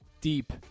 deep